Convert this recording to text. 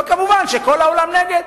אבל כמובן, כל העולם נגד.